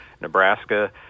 Nebraska